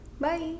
bye